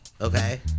okay